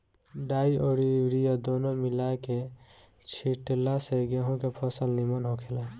डाई अउरी यूरिया दूनो मिला के छिटला से गेंहू के फसल निमन होखेला